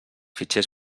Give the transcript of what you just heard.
fitxers